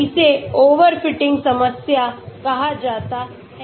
इसे ओवरफिटिंग समस्या कहा जाता है